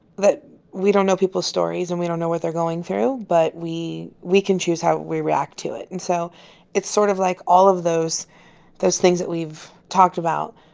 that we don't know people's stories and we don't know what they're going through. but we we can choose how we react to it. and so it's sort of like all of those those things that we've talked about,